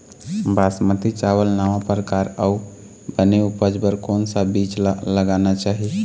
बासमती चावल नावा परकार अऊ बने उपज बर कोन सा बीज ला लगाना चाही?